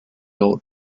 old